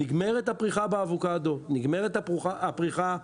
נגמרת הפריחה באבוקדו, נגמרת הפריחה בפרדס,